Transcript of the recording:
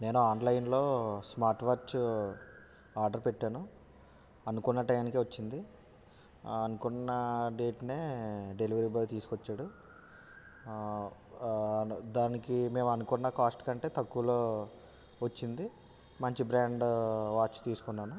నేను ఆన్లైన్లో smartwatch order పెట్టాను అనుకున్న టైముకే వచ్చింది అనుకున్న డేట్నే డెలివరీ బాయ్ తీసుకొచ్చాడు దానికి మేము అనుకున్న కాస్ట్కంటే తక్కువలో వచ్చింది మంచి బ్రాండ్ వాచ్ తీసుకున్నాను